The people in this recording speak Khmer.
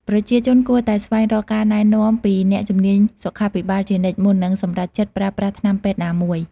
ប្រជាជនគួរតែស្វែងរកការណែនាំពីអ្នកជំនាញសុខាភិបាលជានិច្ច មុននឹងសម្រេចចិត្តប្រើប្រាស់ថ្នាំពេទ្យណាមួយ។